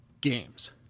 games